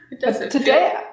today